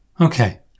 Okay